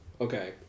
Okay